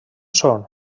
són